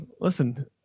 Listen